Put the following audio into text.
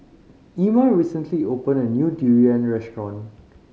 Emmer recently opened a new durian restaurant